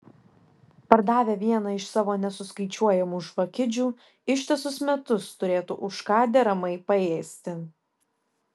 pardavę vieną iš savo nesuskaičiuojamų žvakidžių ištisus metus turėtų už ką deramai paėsti